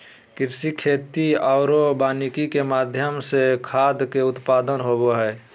कृषि, खेती आरो वानिकी के माध्यम से खाद्य के उत्पादन होबो हइ